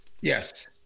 yes